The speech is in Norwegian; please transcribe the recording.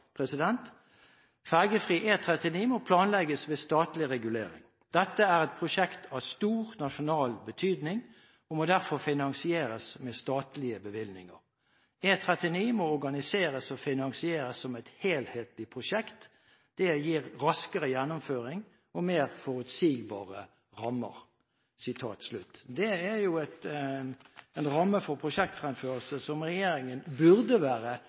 må planlegges ved statlig regulering. Dette er et prosjekt av stor nasjonal betydning, og må derfor finansieres med statlige bevilgninger. E39 må organiseres og finansieres som et helhetlig prosjekt. Det gir raskere gjennomføring og mer forutsigbare rammer.» Det er en ramme for prosjektfremførelse som regjeringen burde være